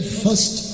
first